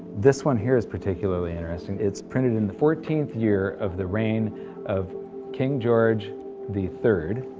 this one here is particularly interesting it's printed in the fourteenth year of the reign of king george the third,